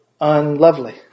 unlovely